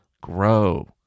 grow